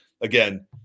Again